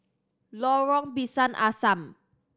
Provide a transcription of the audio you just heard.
Lorong Pisang Asam